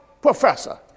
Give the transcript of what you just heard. professor